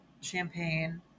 Champagne